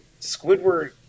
Squidward